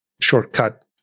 shortcut